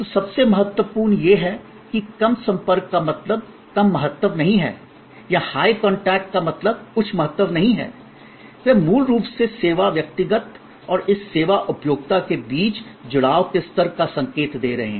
तो सबसे महत्वपूर्ण यह है कि कम संपर्क का मतलब कम महत्व नहीं है या हाय कांटेक्ट का मतलब उच्च महत्व नहीं है वे मूल रूप से सेवा व्यक्तिगत और इस सेवा उपभोक्ता के बीच जुड़ाव के स्तर का संकेत दे रहे हैं